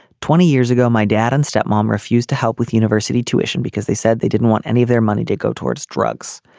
twenty years ago my dad and step mom refused to help with university tuition because they said they didn't want any of their money to go towards drugs.